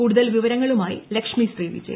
കൂടുതൽ വിവരങ്ങളുമായി ലക്ഷ്മിശ്രീ വിജയ